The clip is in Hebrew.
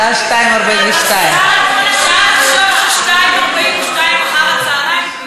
השעה 02:42. אפשר לחשוב ש-02:42 אחר-הצהריים,